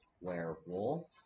Werewolf